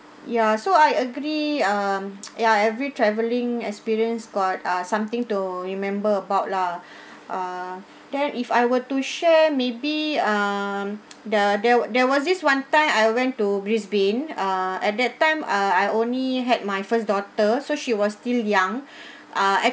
ya so I agree um ya every travelling experience got uh something to remember about lah uh then if I were to share maybe um the there wa~ there was this one time I went to brisbane ah at that time uh I only had my first daughter so she was still young uh I